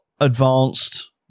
advanced